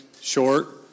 short